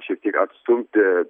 šiek tiek atstumti